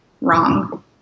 wrong